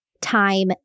time